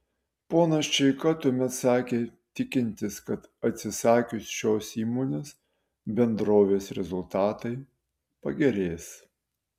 ponas čeika tuomet sakė tikintis kad atsisakius šios įmonės bendrovės rezultatai pagerės